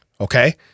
okay